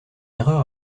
erreur